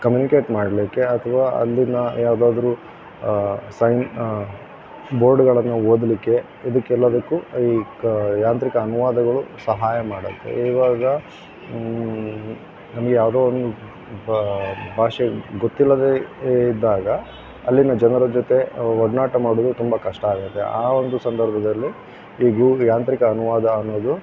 communicate ಮಾಡಲಿಕ್ಕೆ ಅಥವಾ ಅಲ್ಲಿನ ಯಾವುದಾದ್ರು ಸೈನ್ ಬೋರ್ಡ್ಗಳನ್ನು ಓದಲಿಕ್ಕೆ ಇದಕ್ಕೆ ಎಲ್ಲದಕ್ಕೂ ಈ ಕ ಯಾಂತ್ರಿಕ ಅನುವಾದಗಳು ಸಹಾಯ ಮಾಡುತ್ತೆ ಇವಾಗ ನಮಗೆ ಯಾವುದೋ ಒಂದು ಭಾಷೆ ಗೊತ್ತಿಲ್ಲದೇ ಇದ್ದಾಗ ಅಲ್ಲಿನ ಜನರ ಜೊತೆ ಒಡನಾಟ ಮಾಡುವುದು ತುಂಬ ಕಷ್ಟ ಆಗುತ್ತೆ ಆ ಒಂದು ಸಂದರ್ಭದಲ್ಲಿ ಈ ಗೂ ಯಾಂತ್ರಿಕ ಅನುವಾದ ಅನ್ನೋದು